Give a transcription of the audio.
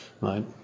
Right